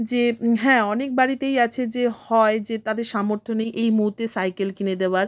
যে হ্যাঁ অনেক বাড়িতেই আছে যে হয় যে তাদের সামর্থ্য নেই এই মুহূর্তে সাইকেল কিনে দেবার